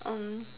err